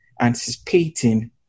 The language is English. anticipating